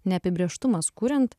neapibrėžtumas kuriant